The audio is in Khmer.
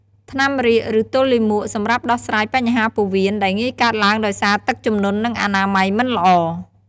ថ្នាំរាគឬទល់លាមក សម្រាប់ដោះស្រាយបញ្ហាពោះវៀនដែលងាយកើតឡើងដោយសារទឹកជំនន់ និងអនាម័យមិនល្អ។